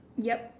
yup